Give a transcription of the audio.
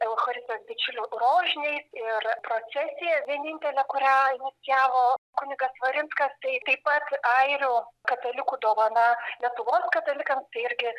eucharistijos bičiulių rožiniais ir procesija vienintelė kurią inicijavo kunigas svarinskas tai taip pat airių katalikų dovana lietuvos katalikam irgi